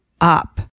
up